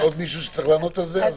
יש עוד מישהו שצריך לענות על זה?